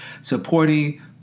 supporting